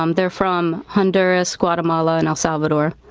um they're from honduras, guatemala and el salvador.